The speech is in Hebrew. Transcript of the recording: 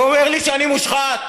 ואומר לי שאני מושחת,